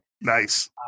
Nice